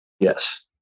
Yes